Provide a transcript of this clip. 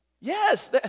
yes